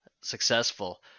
successful